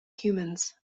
humans